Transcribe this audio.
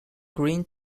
green